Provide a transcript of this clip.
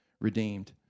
redeemed